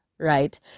right